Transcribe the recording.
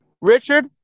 Richard